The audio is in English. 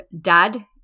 Dad